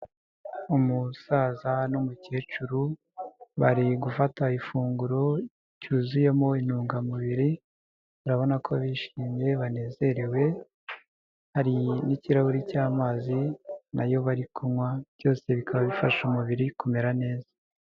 Umusaza n'umukecuru bari gufata ifunguro ryuzuyemo intungamubiri urabona ko bishimye banezerewe hari n'kirahuri cy'amazi nayo bari kunywa byose bikaba bifasha umubiri kumera neza.